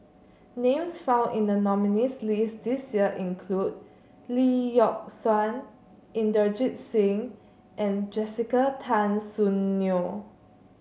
names found in the nominees' list this year include Lee Yock Suan Inderjit Singh and Jessica Tan Soon Neo